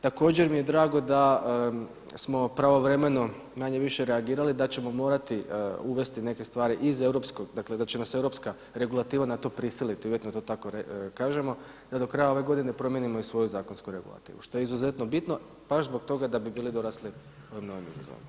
Također mi je drago smo pravovremeno manje-više reagirali da ćemo morati uvesti neke stvari iz europskog, dakle da će nas europska regulativa na to prisiliti uvjetno da to tako kažemo, da do kraja godine promijenimo i svoju zakonsku regulativu što je izuzetno bitno baš zbog toga da bi bili dorasli ovim novim izazovima.